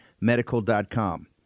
medical.com